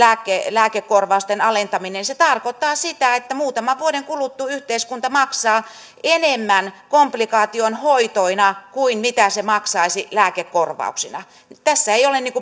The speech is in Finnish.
lääkekorvausten alentaminen tarkoittaa sitä että muutaman vuoden kuluttua yhteiskunta maksaa enemmän komplikaatioiden hoitoina kuin mitä se maksaisi lääkekorvauksina tässä ei ole